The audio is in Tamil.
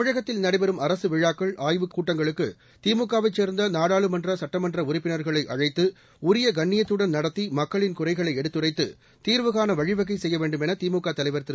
தமிழகத்தில் நடைபெறும் அரசு விழாக்கள் ஆய்வுக் கூட்டங்களுக்கு திமுகவைச் சேர்ந்த நாடாளுமன்ற சட்டமன்ற உறுப்பினர்களை அழைத்து உரிய கண்ணியத்துடன் நடத்தி மக்களின்குறைகளை எடுத்துரைத்து தீர்வு காண வழிவகை செய்ய வேண்டும் என திழுக தலைவர் திரு